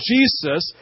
Jesus